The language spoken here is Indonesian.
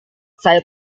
saya